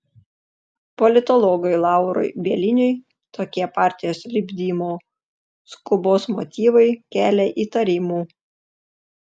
politologui laurui bieliniui tokie partijos lipdymo skubos motyvai kelia įtarimų